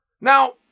Now